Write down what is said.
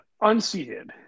unseated